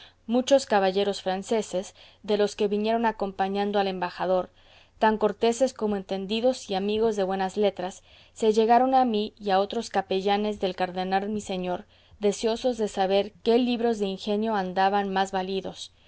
muchos caballeros franceses de los que vinieron acompañando al embajador tan corteses como entendidos y amigos de buenas letras se llegaron a mí y a otros capellanes del cardenal mi señor deseosos de saber qué libros de ingenio andaban más validos